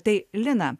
tai lina